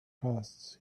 costs